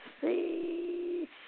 see